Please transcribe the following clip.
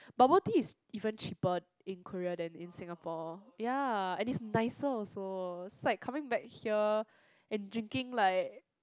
bubble tea is even cheaper in Korea than in Singapore ya and it's nicer also it's like coming back here and drinking like